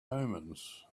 omens